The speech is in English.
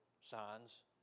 signs